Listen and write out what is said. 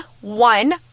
one